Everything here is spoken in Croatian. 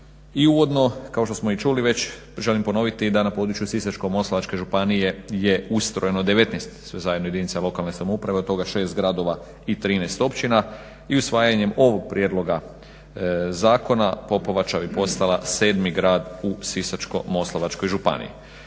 I uvodno kao što smo i čuli već želim ponoviti da na području Sisačko-moslavačke županije je ustrojeno 19 sve zajedno jedinica lokalne samouprave, od toga 6 gradova i 13 općina. I usvajanjem ovog prijedloga zakona Popovača bi postala 7 grad u Sisačko-moslavačkoj županiji.